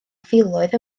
filoedd